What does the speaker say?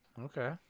Okay